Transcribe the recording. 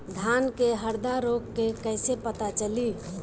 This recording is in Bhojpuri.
धान में हरदा रोग के कैसे पता चली?